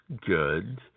good